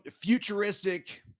futuristic